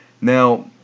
Now